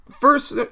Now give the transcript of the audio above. first